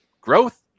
growth